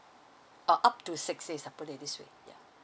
or up to six days I put it in this way ya